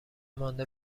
مانده